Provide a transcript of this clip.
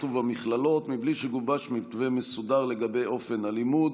ובמכללות בלי שגובש מתווה מסודר לגבי אופן הלימוד,